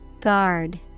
Guard